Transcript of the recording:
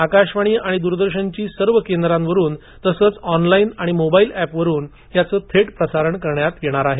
आकाशवाणी आणि दूरदर्शनच्या सर्व केंद्रावरून तसंच ऑनलाईन आणि मोबाईल एपवरून याचं थेट प्रसारण करण्यात येणार आहे